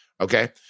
Okay